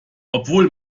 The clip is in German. obwohl